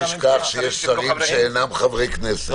אל תשכח שישנם שרים שאינם חברי כנסת.